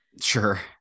Sure